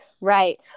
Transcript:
Right